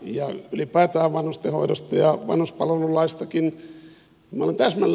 ja ylipäätään vanhustenhoidosta ja vanhuspalvelulaistakin täsmälleen samaa mieltä